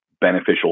beneficial